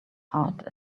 heart